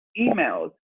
emails